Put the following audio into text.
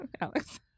Alex